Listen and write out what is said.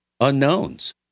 Unknowns